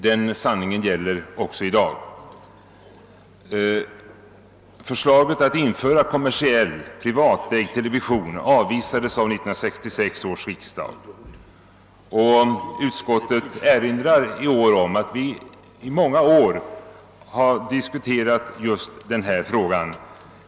Den sanningen gäller också i dag. Förslaget om införandet av kommersiell, privatägd television avvisades av 1966 års riksdag, och utskottet erinrar i år om att vi under många år diskuterat just denna fråga.